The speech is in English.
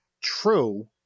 True